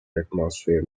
atmosphere